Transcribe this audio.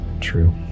True